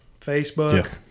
Facebook